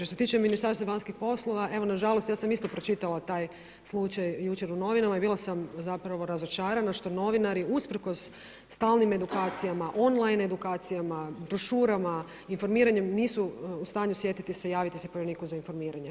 Što se tiče Ministarstva vanjskih poslova, evo nažalost, ja sam isto pročitala taj slučaj jučer u novinama i bila sam zapravo razočarana što novinari usprkos stalnim edukacijama, on-line edukacijama, brošurama, informiranjem nisu u stanju sjetiti se, javiti se povjereniku za informiranje.